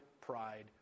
pride